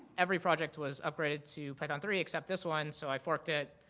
every project was upgraded to python three, except this one, so i forked it.